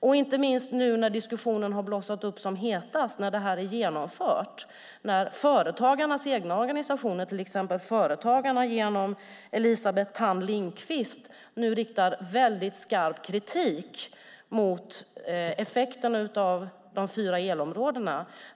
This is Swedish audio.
Hur tänker regeringen agera nu när diskussionen är som hetast och detta är genomfört och när företagens egna organisationer, till exempel Företagarna, genom Elisabeth Thand Ringqvist riktar mycket skarp kritik mot effekten av de fyra elområdena?